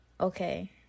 okay